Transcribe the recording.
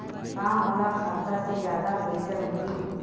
का मोला खाता से जादा पईसा मिलही?